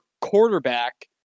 quarterback